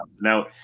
now